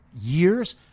years